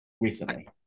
recently